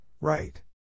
right